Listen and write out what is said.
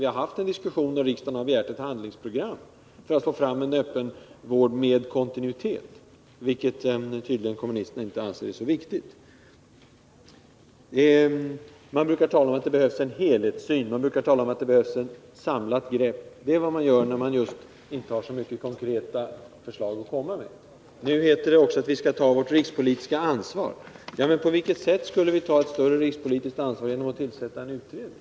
Och vi har fört en diskussion där riksdagen har begärt ett handlingsprogram för att få fram en öppenvård med kontinuitet, vilket kommunisterna tydligen inte anser vara så viktigt. Vpk talar om att det behövs en helhetssyn och ett samlat grepp. Det är vad man brukar göra, när man inte har så många konkreta förslag att komma med. Nu heter det också att vi skall ta vårt rikspolitiska ansvar. Men på vilket sätt skulle vi ta ett större rikspolitiskt ansvar genom att tillsätta en utredning?